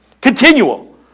Continual